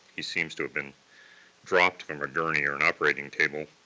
he seems to have been dropped from a gurney or an operating table.